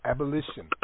Abolition